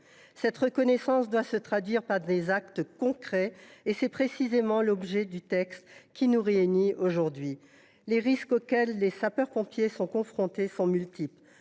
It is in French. lesquelles doivent se traduire par des actes concrets. Tel est précisément l’objet du texte qui nous réunit aujourd’hui. Les risques auxquels les sapeurs pompiers sont confrontés sont multiples